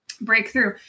breakthrough